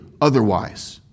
otherwise